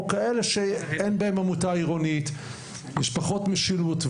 בכאלה שאין בהן עמותה עירונית או שיש בהן פחות משילות.